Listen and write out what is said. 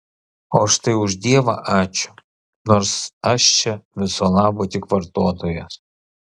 o štai už dievą ačiū nors aš čia viso labo tik vartotojas